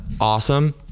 awesome